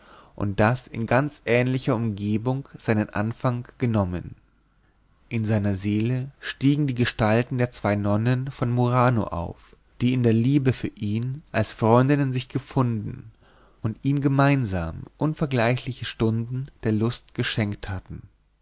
und das in ganz ähnlicher umgebung seinen anfang genommen in seiner seele stiegen die gestalten der zwei nonnen von murano auf die in der liebe für ihn als freundinnen sich gefunden und ihm gemeinsam unvergleichliche stunden der lust geschenkt hatten